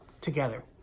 together